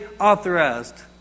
authorized